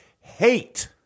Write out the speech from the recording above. hate